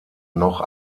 noch